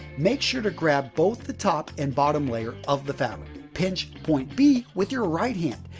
make sure to grab both the top and bottom layer of the fabric. pinch point b with your right hand,